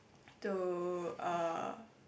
to uh